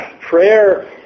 Prayer